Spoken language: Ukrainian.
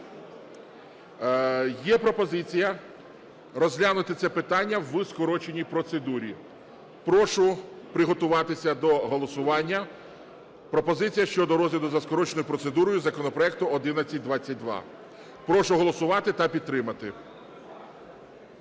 Є пропозиція розглянути це питання в скороченій процедурі. Прошу приготуватися до голосування. Пропозиція щодо розгляду за скороченою процедурою законопроекту 1122. Прошу голосувати та підтримати.